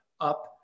up